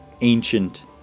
ancient